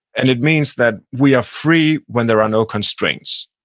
and it means that we are free when there are no constraints.